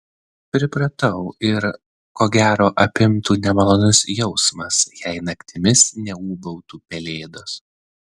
pripratau ir ko gero apimtų nemalonus jausmas jei naktimis neūbautų pelėdos